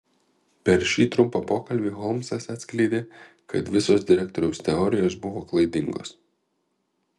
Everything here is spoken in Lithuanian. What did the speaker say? per šį trumpą pokalbį holmsas atskleidė kad visos direktoriaus teorijos buvo klaidingos